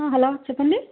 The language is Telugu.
హలో చెప్పండి